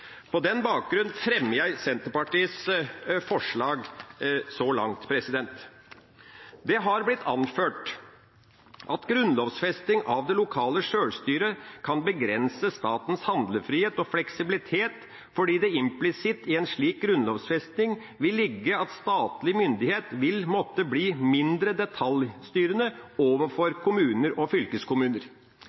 På den bakgrunnen fremmer jeg Senterpartiets forslag så langt. Det har blitt anført at en grunnlovfesting av det lokale sjølstyret kan begrense statens handlefrihet og fleksibilitet, fordi det implisitt i en slik grunnlovfesting vil ligge at statlig myndighet vil måtte bli mindre detaljstyrende overfor kommuner og fylkeskommuner.